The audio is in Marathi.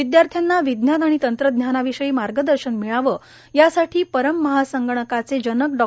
विदयार्थ्यांना विज्ञान आणि तंत्रज्ञानाविषयी मार्गदर्शन मिळावे यासाठी परम महासंगणकाचे जनक डॉ